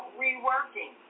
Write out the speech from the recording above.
reworking